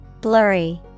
Blurry